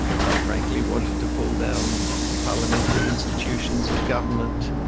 quite frankly, wanted to pull down the parliamentary institutions of government,